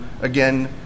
again